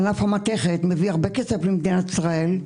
מביא הרבה כסף למדינת ישראל.